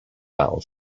battle